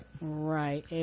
Right